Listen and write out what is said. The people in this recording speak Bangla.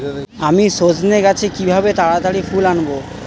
আমি সজনে গাছে কিভাবে তাড়াতাড়ি ফুল আনব?